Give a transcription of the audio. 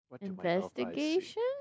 Investigation